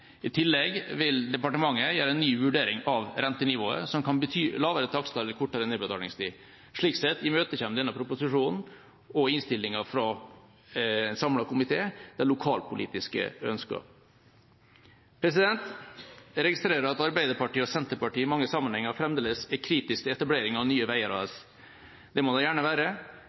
I tillegg vil departementet gjøre en ny vurdering av rentenivået, noe som kan bety lavere takster eller kortere nedbetalingstid. Slik sett imøtekommer denne proposisjonen og innstillinga fra en samlet komité lokalpolitiske ønsker. Jeg registrerer at Arbeiderpartiet og Senterpartiet i mange sammenhenger fremdeles er kritiske til etablering av Nye Veier AS. Det må de gjerne være,